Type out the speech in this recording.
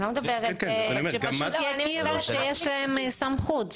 שזה יהיה רשום שיש להם סמכות.